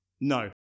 no